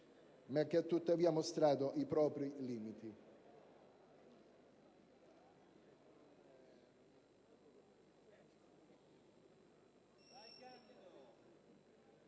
ma che ha tuttavia mostrato i propri limiti.